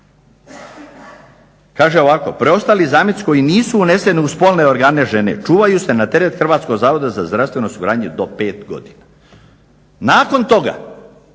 kaže ovako: "Preostali zameci koji nisu uneseni u spolne organe žene čuvaju se na teret Hrvatskog zavoda za zdravstveno osiguranje do 5 godina." Nakon toga